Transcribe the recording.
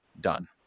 done